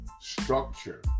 structure